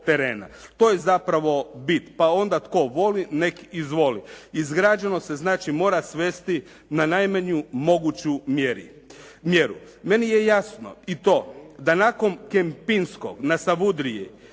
To je zapravo bit. Pa onda tko voli neka izvoli. Izgrađeno se znači mora svesti na najmanju moguću mjeru. Meni je jasno i to da nakon Kempinskog na Savudriji